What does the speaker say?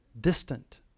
distant